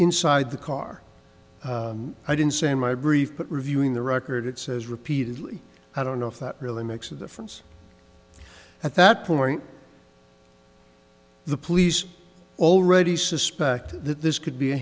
inside the car i didn't say my brief but reviewing the record it says repeatedly i don't know if that really makes a difference at that point the police already suspect that this could be a